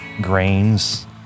grains